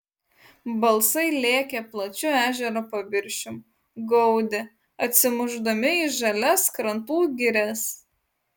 balsai lėkė plačiu ežero paviršium gaudė atsimušdami į žalias krantų girias